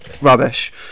Rubbish